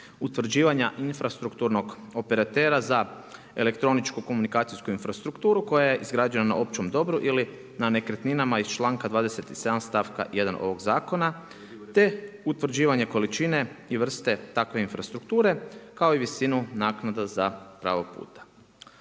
utvrđivanja infrastrukturnog operatera za elektroničku komunikacijsku infrastrukturu koja je je izgrađena na općem dobru ili na nekretninama iz članka 27. stavka 1. ovog zakona. Te utvrđivanje količine i vrste takve infrastrukture kao i visine naknada za pravog puta.